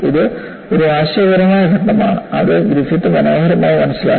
ഇത് ഒരു ആശയപരമായ ഘട്ടമാണ് അത് ഗ്രിഫിത്ത് മനോഹരമായി മനസ്സിലാക്കി